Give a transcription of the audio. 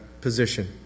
position